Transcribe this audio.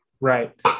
right